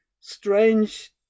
Strange